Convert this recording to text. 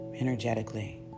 energetically